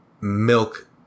milk